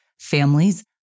Families